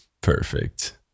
Perfect